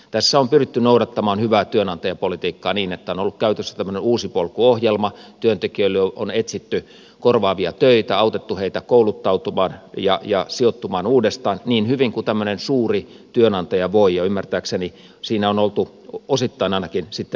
tässä on pyritty noudattamaan hyvää työnantajapolitiikkaa niin että on ollut käytössä tämmöinen uusi polku ohjelma työntekijöille on etsitty korvaavia töitä autettu heitä kouluttautumaan ja sijoittumaan uudestaan niin hyvin kuin tämmöinen suuri työnantaja voi ja ymmärtääkseni siinä on oltu ainakin osittain sitten menestyksellisiä